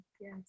yes